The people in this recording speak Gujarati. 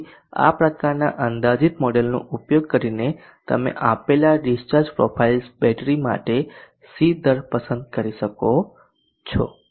તેથી આ પ્રકારના અંદાજિત મોડેલનો ઉપયોગ કરીને તમે આપેલા ડિસ્ચાર્જ પ્રોફાઇલ્સ બેટરી માટે C દર પસંદ કરી શકો છો